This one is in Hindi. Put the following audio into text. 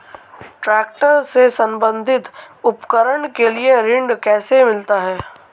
ट्रैक्टर से संबंधित उपकरण के लिए ऋण कैसे मिलता है?